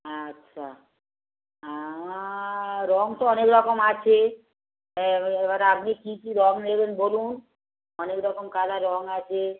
আচ্ছা রং তো অনেক রকম আছে এ এবারে আপনি কী কী রং নেবেন বলুন অনেক রকম কালার রং আছে